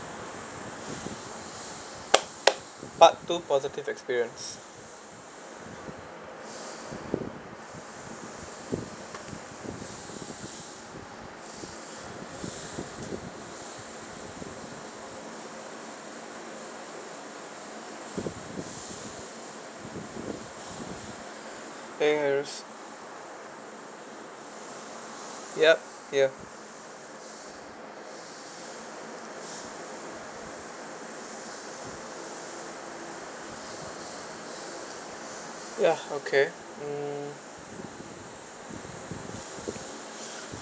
part two positive experience !hey! aresh yup ya ya okay mm